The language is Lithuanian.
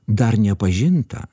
dar nepažinta